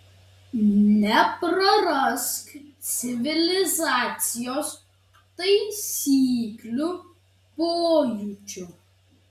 neprarask civilizacijos taisyklių pojūčio